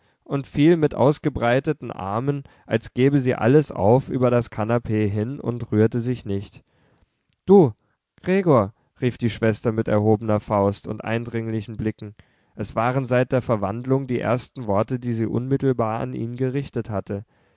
und fiel mit ausgebreiteten armen als gebe sie alles auf über das kanapee hin und rührte sich nicht du gregor rief die schwester mit erhobener faust und eindringlichen blicken es waren seit der verwandlung die ersten worte die sie unmittelbar an ihn gerichtet hatte